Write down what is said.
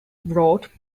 wrote